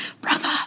Brother